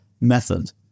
method